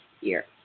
year